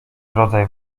rodzaj